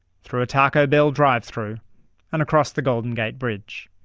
through a taco bell drive-through and across the golden gate bridge.